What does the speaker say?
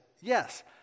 yes